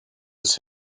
his